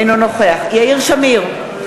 אינו נוכח יאיר שמיר,